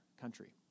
country